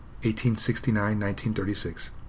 1869-1936